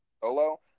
Solo